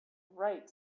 right